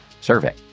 survey